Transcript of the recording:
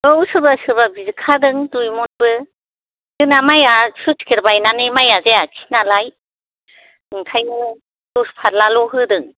औ सोरबा सोरबा बिखादों दुइ मनबो जोंना माइ आ स्लुइस गेट बायनानै माइआ जायासै नालाय ओंखायनो दस फारला ल' होदों